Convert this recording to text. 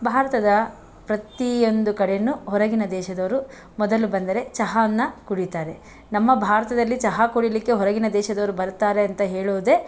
ಭಾರತದ ಪ್ರತೀಯೊಂದು ಕಡೆ ಹೊರಗಿನ ದೇಶದವರು ಮೊದಲು ಬಂದರೆ ಚಹಾವನ್ನು ಕುಡಿಯುತ್ತಾರೆ ನಮ್ಮ ಭಾರತದಲ್ಲಿ ಚಹಾ ಕುಡಿಲಿಕ್ಕೆ ಹೊರಗಿನ ದೇಶದವರು ಬರ್ತಾರೆ ಅಂತ ಹೇಳೋದೆ